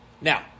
Now